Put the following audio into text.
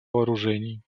вооружений